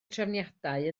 trefniadau